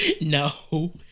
No